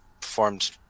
performed